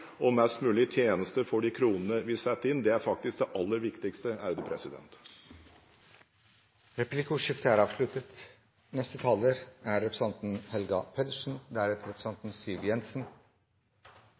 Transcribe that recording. og mest mulig tjenester for de kronene vi setter inn. Det er faktisk det aller viktigste. Replikkordskiftet er omme. Dette er den siste store debatten i denne perioden, og det er